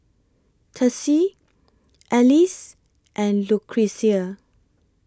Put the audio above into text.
Tessie Alease and Lucretia